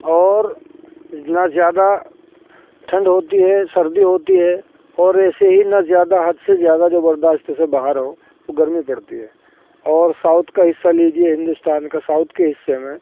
اور نہ زیادہ ٹھنڈ ہوتی ہے سردی ہوتی ہے اور ایسے ہی نہ زیادہ حد سے زیادہ جو برداشت سے باہر ہو وہ گرمی پڑتی ہے اور ساؤتھ کا حصہ لیجیے ہندوستان کا ساؤتھ کے حصے میں